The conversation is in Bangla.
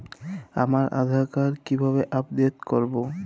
আমার আধার কার্ড কিভাবে আপডেট করব?